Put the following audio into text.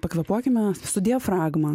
pakvėpuokime su diafragma